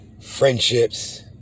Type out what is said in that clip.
friendships